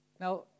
Now